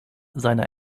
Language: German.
seiner